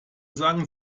sagen